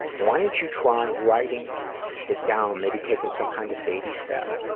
why don't you try writing it down, maybe taking some kind of baby step,